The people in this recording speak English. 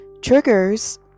Triggers